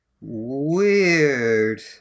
Weird